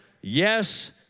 yes